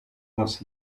das